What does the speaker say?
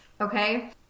Okay